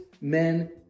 men